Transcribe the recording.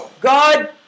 God